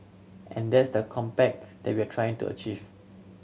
and that's the compact that we will try to achieve